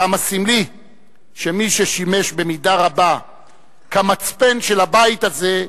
כמה סמלי שמי ששימש במידה רבה כמצפן של הבית הזה,